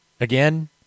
again